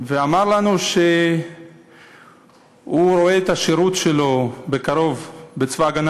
ואמר לנו שהוא רואה את השירות שלו בקרוב בצבא הגנה